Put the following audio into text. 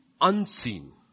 unseen